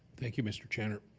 thank you mr. channer.